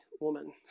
woman